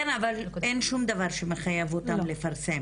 כן, אבל אין שום דבר בעצם שמחייב אותם לפרסם.